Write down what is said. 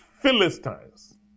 Philistines